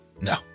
No